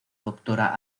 doctora